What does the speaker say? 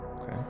Okay